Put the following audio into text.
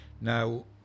Now